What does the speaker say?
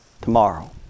tomorrow